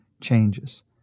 changes